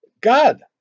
God